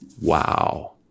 Wow